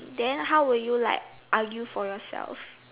then how will you like argue for yourself